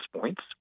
points